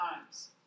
times